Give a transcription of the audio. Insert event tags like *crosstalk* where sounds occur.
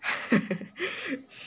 *laughs*